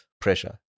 pressure